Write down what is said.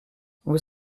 vous